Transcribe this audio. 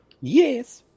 Yes